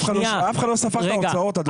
אף אחד לא ספר את ההוצאות אדוני.